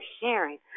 sharing